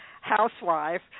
Housewife